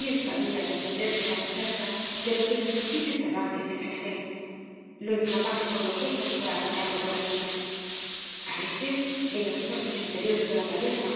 bien sabía defenderse la muchacha de los irresistibles arranques de cañamél lo inflamaba con los ojos para aplacarlo con las uñasl a veces en los cuartos interiores de la taberna